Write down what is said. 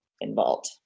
involved